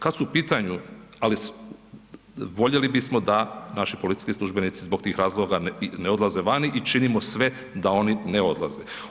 Kad su u pitanju, ali voljeli bismo da naši policijski službenici zbog tih razloga ne odlaze vani i činimo sve da oni ne odlaze.